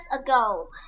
ago